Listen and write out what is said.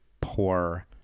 poor